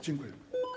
Dziękuję.